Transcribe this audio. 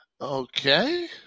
okay